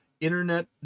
internet